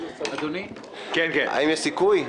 האם יש סיכוי?